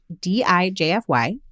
D-I-J-F-Y